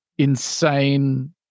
insane